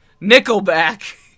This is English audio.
Nickelback